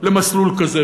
למסלול כזה.